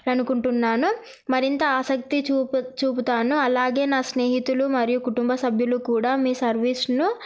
అనుకుంటున్నాను మరింత ఆసక్తి చూపుతాను అలాగే నా స్నేహితులు మరియు కుటుంబ సభ్యులు కూడా మీ సర్వీస్ను